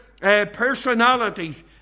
personalities